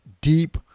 deep